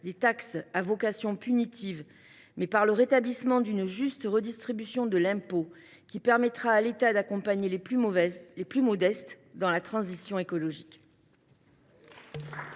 des taxes à vocation punitive, mais par le rétablissement d’une juste redistribution de l’impôt, qui permettra à l’État d’accompagner les plus modestes dans la transition écologique.